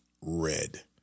red